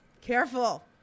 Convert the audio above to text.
careful